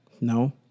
No